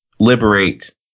Liberate